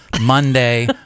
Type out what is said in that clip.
Monday